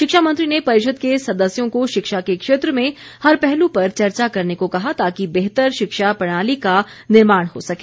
शिक्षामंत्री ने परिषद के सदस्यों को शिक्षा के क्षेत्र में हर पहलू पर चर्चा करने को कहा ताकि बेहतर शिक्षा प्रणाली का निर्माण हो सके